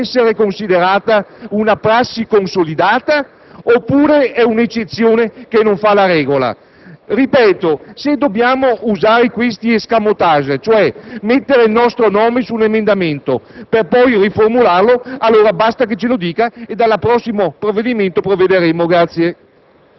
ciò, le chiedo, signor Presidente, se questa può essere considerata una prassi consolidata, oppure se è un'eccezione che non fa la regola. Ripeto: se dobbiamo usare questi *escamotage*, cioè apporre la nostra firma all'emendamento per poi riformularlo, basta che ce lo dica e dal prossimo